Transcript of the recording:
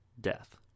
death